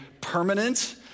permanent